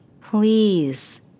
please